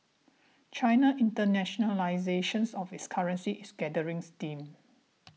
China's internationalisations of its currency is gathering steam